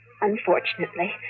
unfortunately